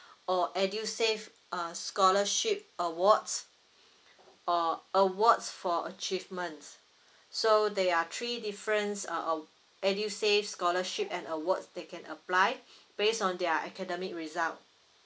or edusave uh scholarship awards or awards for achievements so there are three different uh aw~ edusave scholarship and awards they can apply based on their academic result